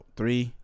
three